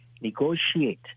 Negotiate